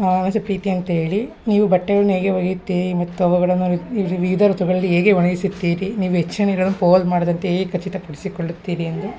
ನನ್ನ ಹೆಸ್ರು ಪ್ರೀತಿ ಅಂತ ಹೇಳಿ ನೀವು ಬಟ್ಟೆಗಳನ್ನ ಹೇಗೆ ಒಗಿತೀರಿ ಮತ್ತು ಅವುಗಳನ್ನು ವಿವಿಧ ಋತುಗಳಲ್ಲಿ ಹೇಗೆ ಒಣಗಿಸುತ್ತೀರಿ ನೀವು ಹೆಚ್ಚ ನೀರನ್ನು ಪೋಲು ಮಾಡದಂತೆ ಹೇಗ್ ಖಚಿತ ಪಡಿಸಿಕೊಳ್ಳುತ್ತೀರಿ ಎಂದು